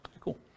Cool